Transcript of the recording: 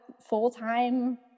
full-time